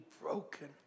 broken